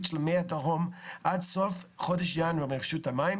של מי התהום עד סוף חודש ינואר מרשות המים,